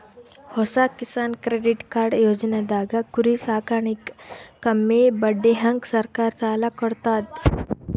ಹೊಸ Kisan credit card ಯೋಜನೆದಾಗ್ ಕುರಿ ಸಾಕಾಣಿಕೆಗ್ ಕಮ್ಮಿ ಬಡ್ಡಿಹಂಗ್ ಸರ್ಕಾರ್ ಸಾಲ ಕೊಡ್ತದ್